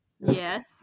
Yes